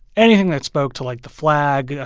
anything that spoke to, like, the flag, ah